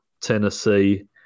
Tennessee